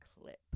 clip